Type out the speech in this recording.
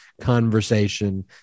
conversation